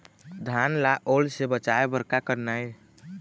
धान ला ओल से बचाए बर का करना ये?